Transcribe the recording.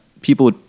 people